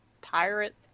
pirate